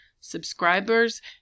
subscribers